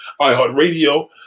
iHeartRadio